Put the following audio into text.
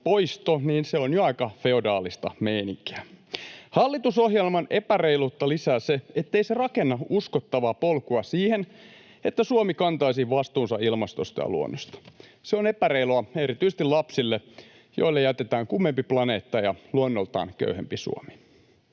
poisto, niin se on jo aika feodaalista meininkiä. Hallitusohjelman epäreiluutta lisää se, ettei se rakenna uskottavaa polkua siihen, että Suomi kantaisi vastuunsa ilmastosta ja luonnosta. Se on epäreilua erityisesti lapsille, joille jätetään kuumempi planeetta ja luonnoltaan köyhempi Suomi.